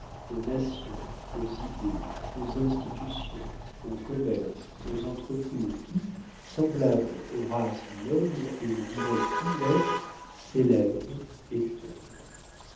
aux nations aux idées aux institutions aux commerces aux entreprises qui semblables aux races nobles et aux dynasties naissent s'élèvent et tombent